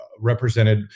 represented